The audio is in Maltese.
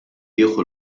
jieħu